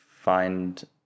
find